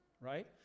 right